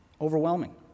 overwhelming